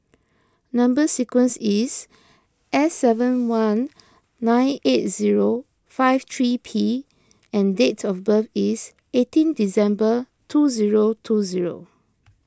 Number Sequence is S seven one nine eight zero five three P and date of birth is eighteen December two zero two zero